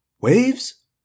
Waves